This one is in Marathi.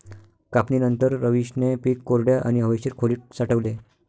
कापणीनंतर, रवीशने पीक कोरड्या आणि हवेशीर खोलीत साठवले